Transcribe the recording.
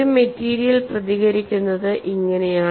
ഒരു മെറ്റീരിയൽ പ്രതികരിക്കുന്നത് ഇങ്ങനെയാണ്